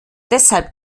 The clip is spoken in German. deshalb